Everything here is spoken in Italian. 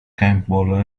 campbell